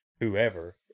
Whoever